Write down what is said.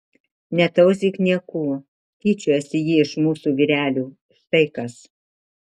netauzyk niekų tyčiojasi ji iš mūsų vyrelių štai kas